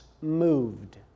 moved